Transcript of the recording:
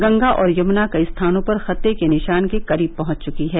गंगा और यमुना कई स्थानों पर खतरे के निशान के करीब पहुंच चुकी हैं